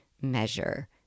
measure